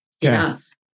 Yes